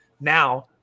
Now